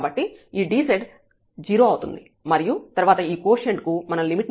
కాబట్టి ఈ dz 0 అవుతుంది మరియు తర్వాత ఈ కోషెంట్ కు మనం లిమిట్ ను తీసుకుంటాము